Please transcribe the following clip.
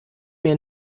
mir